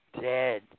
dead